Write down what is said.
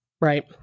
Right